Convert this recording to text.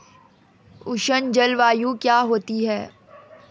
उष्ण जलवायु क्या होती है?